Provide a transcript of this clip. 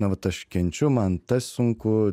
na vat aš kenčiu man tas sunku